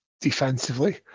defensively